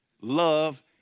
love